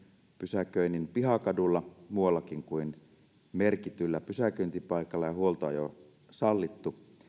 pysäköinnin pihakadulla muuallakin kuin merkityllä pysäköintipaikalla ja huoltoajo sallittu